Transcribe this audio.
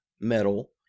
metal